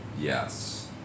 Yes